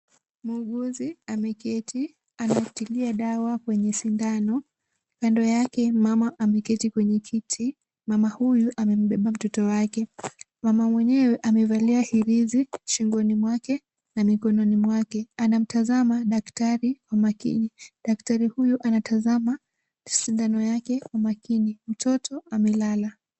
Muuguzi ameketi. Anatilia dawa kwenye sindano. Kando yake mama ameketi kwenye kiti. Mama huyu amembeba mtoto wake. Mama mwenyewe amevalia herizi shingoni mwake na mikononi mwake. Anamtazama daktari kwa makini. Daktari huyo anatazama sindano yake kwa makini. Mtoto amelala.